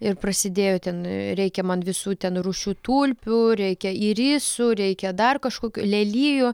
ir prasidėjo ten reikia man visų ten rūšių tulpių reikia irisų reikia dar kažkokių lelijų